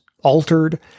altered